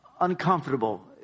uncomfortable